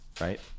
right